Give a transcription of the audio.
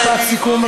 משפט סיכום,